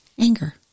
anger